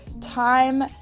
time